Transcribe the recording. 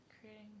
creating